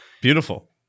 Beautiful